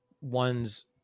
one's